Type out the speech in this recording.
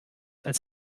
als